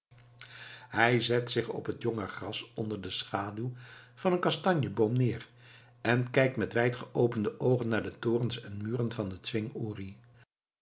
hij zet zich op het jonge gras onder de schaduw van een kastanjeboom neer en kijkt met wijd geopende oogen naar de torens en muren van den